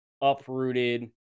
uprooted